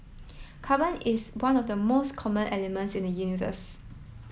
carbon is one of the most common elements in the universe